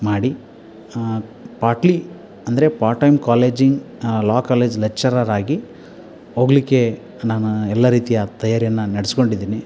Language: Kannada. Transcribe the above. ಮಾಡಿ ಪಾರ್ಟ್ಲಿ ಅಂದರೆ ಪಾರ್ಟ್ ಟೈಮ್ ಕಾಲೇಜಿಂಗ್ ಲಾ ಕಾಲೇಜ್ ಲೆಕ್ಚರರಾಗಿ ಹೋಗಲಿಕ್ಕೆ ನಾನು ಎಲ್ಲ ರೀತಿಯ ತಯಾರಿಯನ್ನು ನಡ್ಸ್ಕೊಂಡಿದ್ದೀನಿ